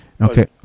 Okay